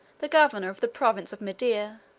the governor of the province of media,